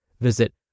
Visit